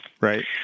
right